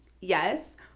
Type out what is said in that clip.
Yes